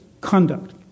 conduct